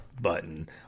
button